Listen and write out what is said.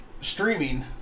streaming